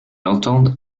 entende